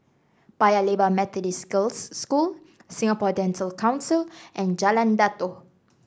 Paya Lebar Methodist Girls' School Singapore Dental Council and Jalan Datoh